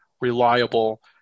reliable